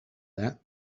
that